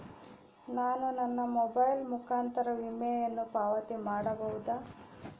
ನಾನು ನನ್ನ ಮೊಬೈಲ್ ಮುಖಾಂತರ ವಿಮೆಯನ್ನು ಪಾವತಿ ಮಾಡಬಹುದಾ?